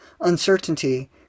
uncertainty